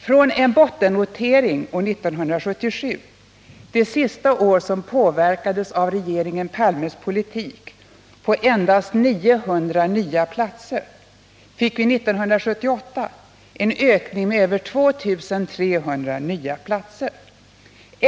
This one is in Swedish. Från en bottennotering år 1977, det senaste år som påverkades av regeringen Palmes politik, med endast 900 nya platser, fick vi 1978 en ökning med över 2300 platser.